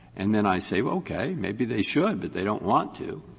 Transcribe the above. and then i say, okay, maybe they should, but they don't want to.